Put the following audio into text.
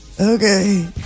Okay